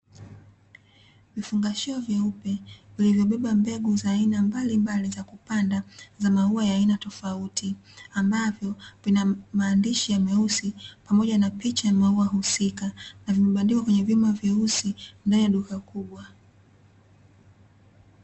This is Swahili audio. Vifungashio vyeupe vilivyobeba mbegu za aina mbalimbali za kupanda za maua ya tofauti, ambapo vina maandishi meusi pamoja na picha ya maua husika, na vimebadikwa kwenye vyuma vyeusi ndani ya duka kubwa.